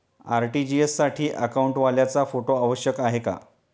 RTGS साठी अकाउंटवाल्याचा photo आवश्यक आहे का?